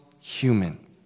human